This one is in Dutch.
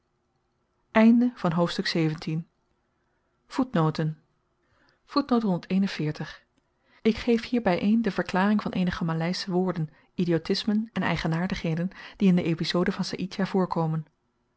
hoofdstuk ik geef hier by een de verklaring van eenige maleische woorden idiotismen en eigenaardigheden die in de epizode van saïdjah voorkomen